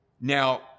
Now